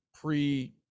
pre